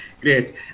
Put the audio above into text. Great